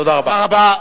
תודה רבה.